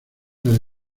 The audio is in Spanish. las